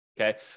Okay